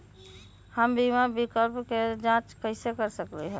हम बीमा विकल्प के जाँच कैसे कर सकली ह?